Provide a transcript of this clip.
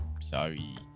sorry